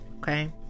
Okay